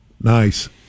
Nice